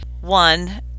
one